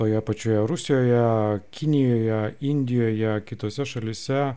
toje pačioje rusijoje kinijoje indijoje kitose šalyse